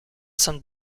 some